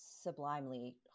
Sublimely